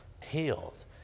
healed